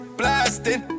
blasting